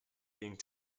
being